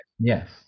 Yes